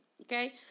Okay